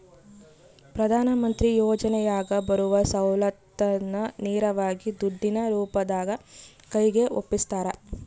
ಪ್ರಧಾನ ಮಂತ್ರಿ ಯೋಜನೆಯಾಗ ಬರುವ ಸೌಲತ್ತನ್ನ ನೇರವಾಗಿ ದುಡ್ಡಿನ ರೂಪದಾಗ ಕೈಗೆ ಒಪ್ಪಿಸ್ತಾರ?